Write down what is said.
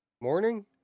morning